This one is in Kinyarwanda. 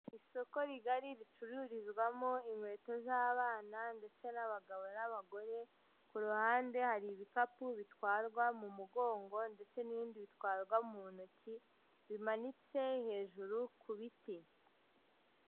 Isoko rigari ricururizwamo inkweto z'abana ndetse n'abagabo n'abagore, ku ruhande hari ibikapu bitwarwa mu mugongo ndetse n'ibindi bitwarwa mu ntoki, bimanitse hejuru ku biti.